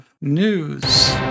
News